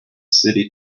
city